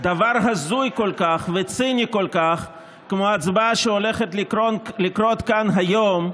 דבר הזוי כל כך וציני כל כך כמו ההצבעה שהולכת לקרות כאן היום,